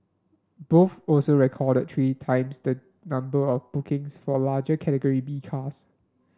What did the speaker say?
both also recorded three times the number of bookings for larger Category B cars